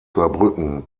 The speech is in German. saarbrücken